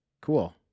Cool